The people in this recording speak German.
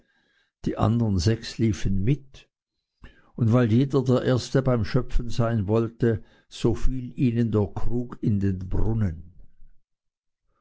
die andern sechs liefen mit und weil jeder der erste beim schöpfen sein wollte so fiel ihnen der krug in den brunnen